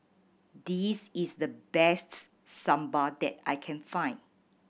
this is the best Sambar that I can find